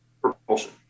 propulsion